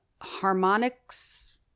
harmonics